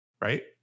right